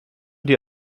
die